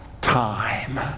time